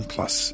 Plus